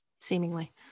seemingly